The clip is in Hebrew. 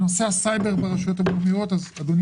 לגבי נושא הסייבר ברשויות המקומיות, אדוני